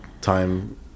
time